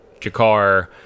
Jakar